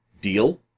Deal